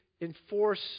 enforce